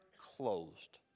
closed